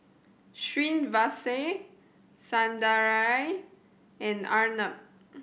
Srinivasa Sundaraiah and Arnab